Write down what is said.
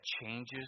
changes